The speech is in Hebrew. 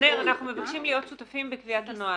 אנחנו מבקשים להיות שותפים בקביעת הנוהל.